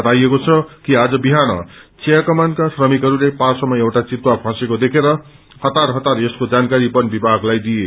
बताइएको छ कि आज विहान विया कमानका श्रमिकहरूले पासोमा एउटा चितुवा फँसेको देखेर हतार हतार यसको जानकारी वन विभागलाई दिए